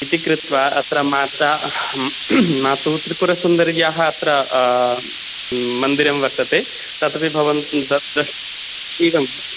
इति कृत्वा अत्र माता मातुः त्रिपुरसुन्दर्याः अत्र मन्दिरं वर्तते तत् अपि भवन्तः द्रश् एवं